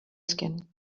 skin